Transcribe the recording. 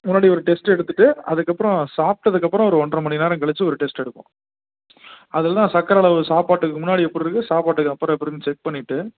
முன்னாடி ஒரு டெஸ்ட் எடுத்துவிட்டு அதுக்கப்புறம் சாப்பிட்டதுக்கு அப்புறம் ஒரு ஒன்றர மணி நேரம் கழித்து ஒரு டெஸ்ட் எடுப்போம் அதுலெலாம் சர்க்கர அளவு சாப்பாட்டுக்கு முன்னாடி எப்படி இருக்குது சாப்பாட்டுக்கு அப்புறம் எப்படி இருக்குதுன்னு செக் பண்ணிவிட்டு